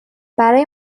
برای